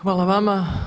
Hvala vama.